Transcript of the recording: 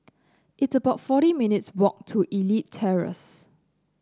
it's about forty minutes' walk to Elite Terrace